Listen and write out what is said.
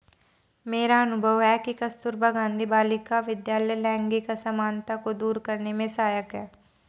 मेरा अनुभव है कि कस्तूरबा गांधी बालिका विद्यालय लैंगिक असमानता को दूर करने में सहायक है